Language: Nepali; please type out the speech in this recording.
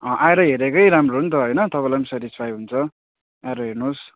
अँ आएर हेरेकै राम्रो हो नि त होइन तपाईँलाई पनि सेटिस्फाई हुन्छ आएर हेर्नुहोस्